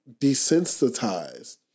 desensitized